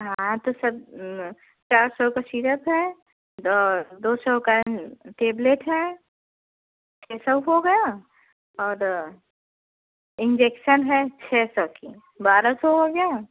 हाँ तो सब चार सौ का सिरप है और दो सौ का टेबलेट है छः सौ हो गया और इंजेक्शन है छः सौ की बारह सौ हो गया